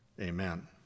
Amen